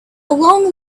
long